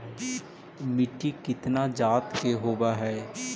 मिट्टी कितना जात के होब हय?